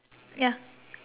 ya